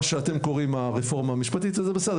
שאתם קוראים: הרפורמה המשפטית זה בסדר,